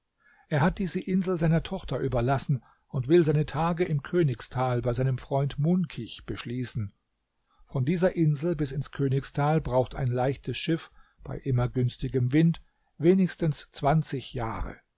er hat diese insel seiner tochter überlassen und will seine tage im königstal bei seinem freund munkich beschließen von dieser insel bis ins königstal braucht ein leichtes schiff bei immer günstigem wind wenigstens zwanzig jahre